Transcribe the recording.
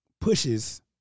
pushes